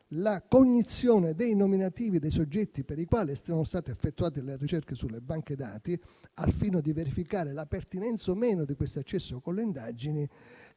la cognizione dei nominativi dei soggetti per i quali siano state effettuate delle ricerche sulle banche dati, al fine di verificare la pertinenza o meno di questo accesso con le indagini,